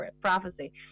prophecy